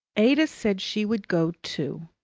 ada said she would go too,